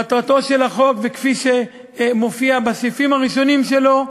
מטרתו של החוק, כפי שמופיע בסעיפים הראשונים שלו: